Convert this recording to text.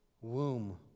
Womb